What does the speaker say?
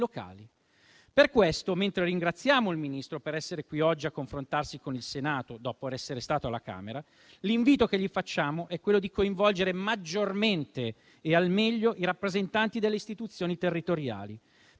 locali. Per questo, mentre ringraziamo il Ministro per essere qui oggi a confrontarsi con il Senato dopo essere stato alla Camera, l'invito che gli facciamo è quello di coinvolgere maggiormente e al meglio i rappresentanti delle istituzioni territoriali,